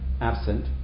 absent